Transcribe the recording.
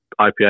IPA